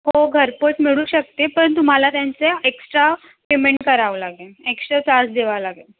हो घरपोच मिळू शकते पण तुम्हाला त्यांचे एक्स्ट्रा पेमेंट करावं लागेल एक्स्ट्रा चार्ज द्यावा लागेल